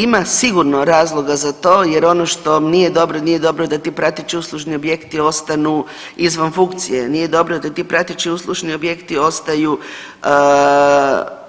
Ima sigurno razloga za to jer ono što vam nije dobro, nije dobro da ti prateći uslužni objekti ostanu izvan funkcije, nije dobro da ti prateći uslužni objekti ostaju